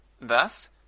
Thus